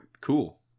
Cool